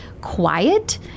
quiet